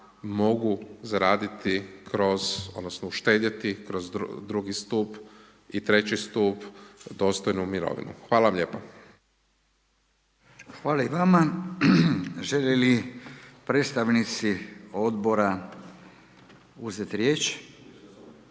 mogu zaraditi kroz, odnosno uštedjeti kroz drugi stup i treći stup dostojnu mirovinu. Hvala vam lijepa. **Radin, Furio (Nezavisni)** Hvala i vama. Žele li predstavnici odbora uzeti riječ?